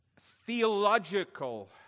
theological